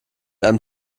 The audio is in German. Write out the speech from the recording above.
einem